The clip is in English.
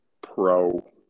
pro